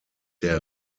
der